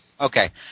Okay